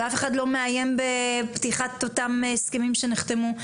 ואף אחד לא מאיים בפתיחת אותם הסכמים שנחתמו.